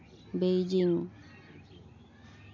Beijing